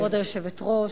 כבוד היושבת-ראש,